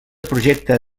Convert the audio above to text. projecte